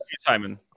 Simon